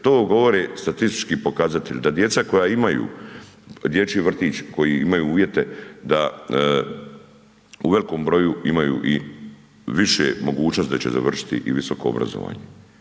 to govore statistički pokazatelji da djeca koja imaju dječji vrtić, koji imaju uvjete da u velikom broju imaju i više mogućnosti da će završiti i visoko obrazovanje.